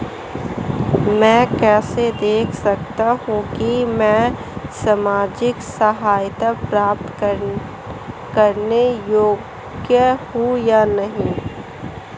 मैं कैसे देख सकता हूं कि मैं सामाजिक सहायता प्राप्त करने योग्य हूं या नहीं?